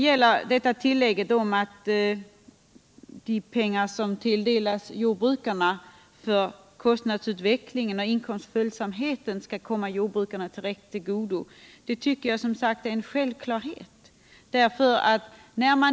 Att de pengar som tilldelas jordbrukarna för kostnadsutveckling och inkomstföljsamhet skall komma jordbrukarna direkt till godo tycker jag är en självklarhet.